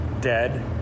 dead